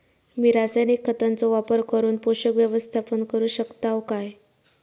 मी रासायनिक खतांचो वापर करून पोषक व्यवस्थापन करू शकताव काय?